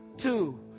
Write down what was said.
two